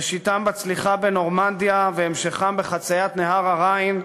ראשיתם בצליחה בנורמנדיה והמשכם בחציית נהר הריין,